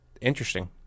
interesting